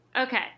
Okay